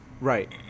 Right